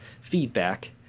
feedback